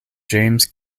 james